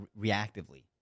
reactively